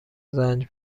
رنج